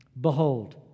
behold